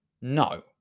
No